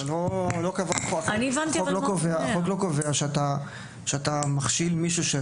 החוק לא קובע שאתה מכשיל מישהו.